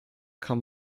kann